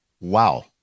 wow